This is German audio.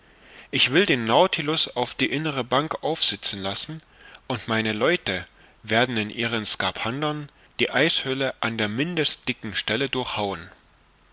ich will den nautilus auf die innere bank aufsitzen lassen und meine leute werden in ihren skaphandern die eishülle an der mindest dicken stelle durchhauen